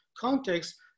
context